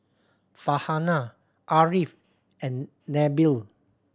Farhanah Ariff and Nabil